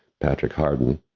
patrick harden.